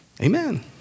Amen